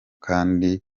kandi